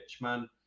man